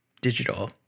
digital